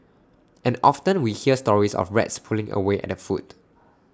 and often we hear stories of rats pulling away at the food